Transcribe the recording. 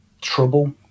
trouble